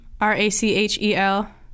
R-A-C-H-E-L